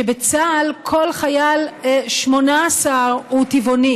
שבצה"ל כל חייל 18 הוא טבעוני.